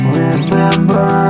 remember